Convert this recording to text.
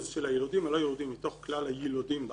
של הילודים הלא יהודים מתוך כלל הילודים בארץ.